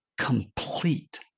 complete